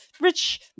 rich